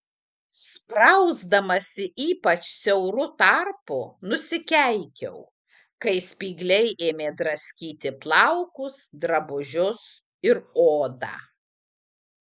sprausdamasi ypač siauru tarpu nusikeikiau kai spygliai ėmė draskyti plaukus drabužius ir odą